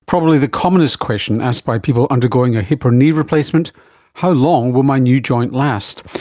probably the commonest question asked by people undergoing a hip or knee replacement how long will my new joint last?